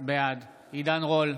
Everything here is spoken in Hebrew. בעד עידן רול,